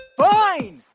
fine,